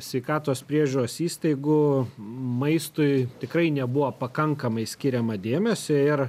sveikatos priežiūros įstaigų maistui tikrai nebuvo pakankamai skiriama dėmesio ir